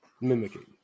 mimicking